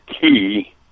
key